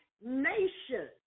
nation